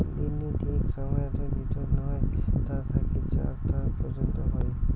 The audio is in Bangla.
দিননি ঠিক সময়তের ভিতর নয় তা থাকি চার তা পর্যন্ত হই